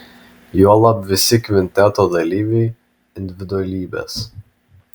juolab visi kvinteto dalyviai individualybės